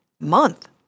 month